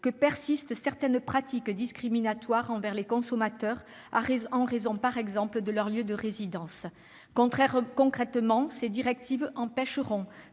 que persistent certaines pratiques discriminatoires envers les consommateurs, en raison par exemple de leur lieu de résidence. Concrètement, ces directives empêcheront